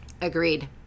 Agreed